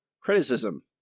criticism